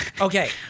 Okay